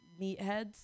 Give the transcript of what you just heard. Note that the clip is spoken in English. meatheads